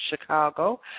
Chicago